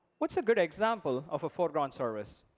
what's a good example of a foreground service?